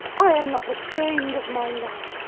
i am not ashamed of my love.